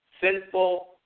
sinful